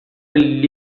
lhe